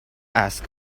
ask